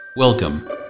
Welcome